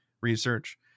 research